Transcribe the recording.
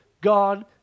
God